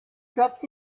dropped